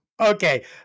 Okay